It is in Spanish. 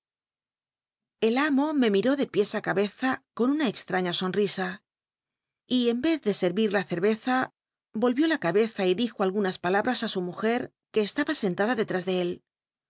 el amo me miró ele piés i cabeza con una extrnña sonl'isa y en rcz de sen ir la cerveza vol rió la cabeza y dijo algunas palabtas a su mujer que aba sentada dctr is de él